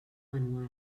manual